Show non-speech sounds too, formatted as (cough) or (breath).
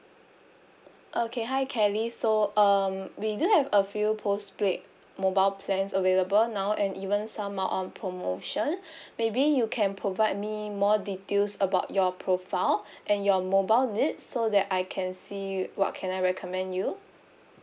okay hi kelly so um we do have a few postpaid mobile plans available now and even some are on promotion (breath) maybe you can provide me more details about your profile (breath) and your mobile needs so that I can see what can I recommend you